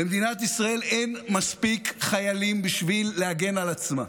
למדינת ישראל אין מספיק חיילים בשביל להגן על עצמה.